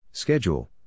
Schedule